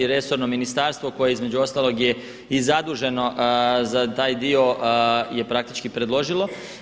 Resorno ministarstvo koje između ostalog je i zaduženo za taj dio je praktički predložilo.